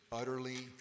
utterly